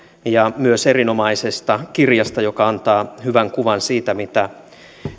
ja myös erinomaisesta kirjasta joka antaa hyvän kuvan siitä mitä